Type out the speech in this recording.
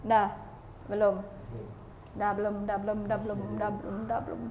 dah belum dah belum dah belum dah belum dah belum dah belum